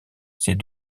ces